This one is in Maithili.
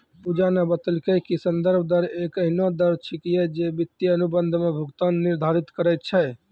पूजा न बतेलकै कि संदर्भ दर एक एहनो दर छेकियै जे वित्तीय अनुबंध म भुगतान निर्धारित करय छै